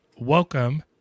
welcome